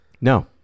No